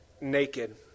naked